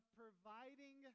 providing